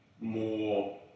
more